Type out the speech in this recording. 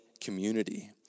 community